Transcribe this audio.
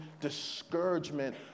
discouragement